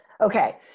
Okay